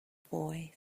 boy